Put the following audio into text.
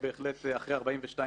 הוא קיבל את זה בהחלט אחרי 42 שנה.